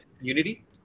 Unity